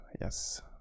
Yes